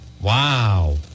Wow